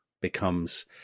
becomes